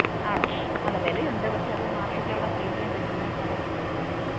ആണോ അല്ല വിലയുണ്ട് പക്ഷേ മാർക്കറ്റിൽ എവിടെയാണ് സെയിൽ ചെയ്യാൻ പറ്റുന്ന സ്ഥലമുണ്ടോ